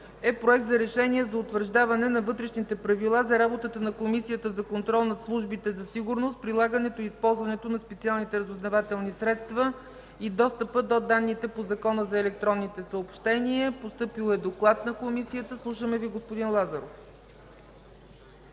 Проекта на решение за утвърждаване на Вътрешните правила за работата на Комисията за контрол над службите за сигурност, прилагането и използването на специалните разузнавателни средства и достъпа до данните по Закона за електронните съобщения. Гласували 114 народни представители: за